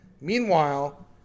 Meanwhile